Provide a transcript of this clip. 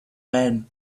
when